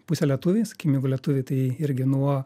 pusę lietuviai sakykim jeigu lietuviai tai irgi nuo